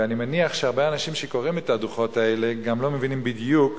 ואני מניח שהרבה אנשים שקוראים את הדוחות האלה גם לא מבינים בדיוק